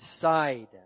side